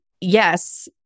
yes